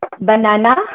banana